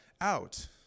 out